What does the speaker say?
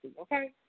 okay